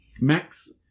Max